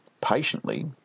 patiently